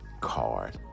card